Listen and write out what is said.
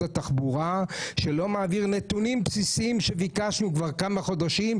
התחבורה שלא מעביר נתונים בסיסיים שביקשנו כבר כמה חודשים,